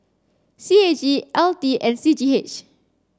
C A G L T and C G H